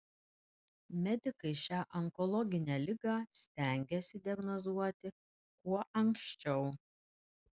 medikai šią onkologinę ligą stengiasi diagnozuoti kuo anksčiau